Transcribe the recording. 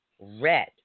red